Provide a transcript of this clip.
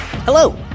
Hello